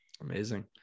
Amazing